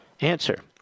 Answer